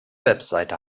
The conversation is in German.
website